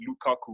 Lukaku